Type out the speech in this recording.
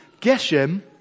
Geshem